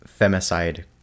femicide